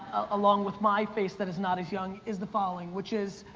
along with my face that is not as young, is the following, which is